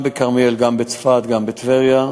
גם בכרמיאל, גם בצפת, גם בטבריה.